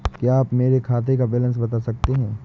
क्या आप मेरे खाते का बैलेंस बता सकते हैं?